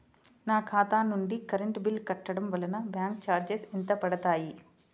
నా ఖాతా నుండి కరెంట్ బిల్ కట్టడం వలన బ్యాంకు చార్జెస్ ఎంత పడతాయా?